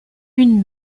une